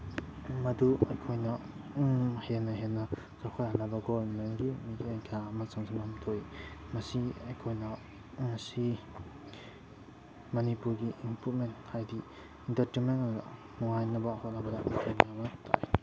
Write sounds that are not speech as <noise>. ꯃꯗꯨ ꯑꯩꯈꯣꯏꯅ ꯍꯦꯟꯅ ꯍꯦꯟꯅ ꯆꯥꯎꯈꯠꯍꯟꯅꯕ ꯒꯣꯃꯦꯟꯒꯤ ꯃꯤꯠꯌꯦꯡ ꯀꯌꯥ ꯑꯃ ꯆꯪꯁꯤꯟꯕꯝ ꯊꯣꯛꯏ ꯃꯁꯤ ꯑꯩꯈꯣꯏꯅ ꯃꯁꯤ ꯃꯅꯤꯄꯨꯔꯒꯤ ꯏꯝꯄ꯭ꯔꯨꯞꯃꯦꯟ ꯍꯥꯏꯗꯤ ꯏꯟꯇꯔꯇꯦꯟꯃꯦꯟ ꯑꯣꯏꯅ ꯅꯨꯡꯉꯥꯏꯅꯕ ꯍꯣꯠꯅꯕꯗ <unintelligible> ꯇꯥꯏ